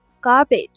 garbage